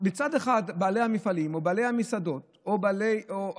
מצד אחד בעלי המפעלים או בעלי המסעדות או בתי